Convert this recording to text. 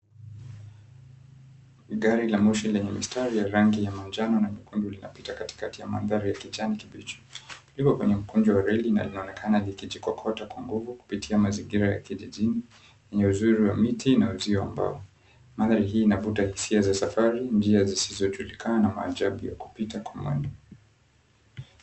Gari la moshi lenye mstari ya rangi ya manjano na nyekundu linapita katikati ya mandhari ya kijani kibichi. Liko kwenye mkunjo wa reli na linaonekana likijikokota kwa nguvu kupitia mazingira ya kijijini yenye uzuri wa miti na uzio wa mbao. Mandhari hii inavuta hisia za safari, njia zisizojulikana na maajabu ya kupita kwa mwendo.